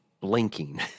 blinking